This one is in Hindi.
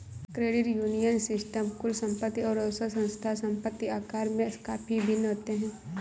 क्रेडिट यूनियन सिस्टम कुल संपत्ति और औसत संस्था संपत्ति आकार में काफ़ी भिन्न होते हैं